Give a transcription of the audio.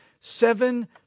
seven